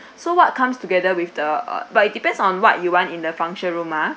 so what comes together with the uh but it depends on what you want in the functional ah